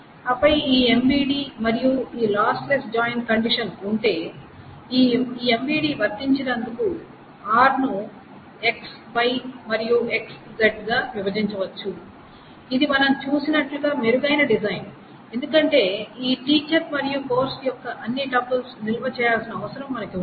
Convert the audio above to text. ఆపై ఈ MVD మరియు ఈ లాస్లెస్ జాయిన్ కండిషన్ ఉంటే ఈ MVD వర్తించినందుకు R ను X Y మరియు X Z గా విభజించవచ్చు ఇది మనం చూసినట్లుగా మెరుగైన డిజైన్ ఎందుకంటే ఈ టీచర్ మరియు కోర్సు యొక్క అన్ని టపుల్స్ నిల్వ చేయాల్సిన అవసరం మనకు ఉండదు